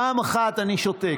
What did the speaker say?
פעם אחת אני שותק.